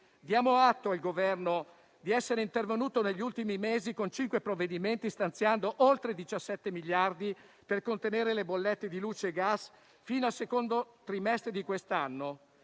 Diamo atto al Governo di essere intervenuto negli ultimi mesi con cinque provvedimenti, stanziando oltre 17 miliardi per contenere le bollette di luce e gas fino al secondo trimestre di quest'anno.